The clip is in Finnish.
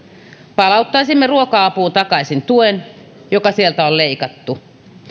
palauttaisimme ruoka apuun takaisin tuen joka sieltä on leikattu